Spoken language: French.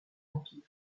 empire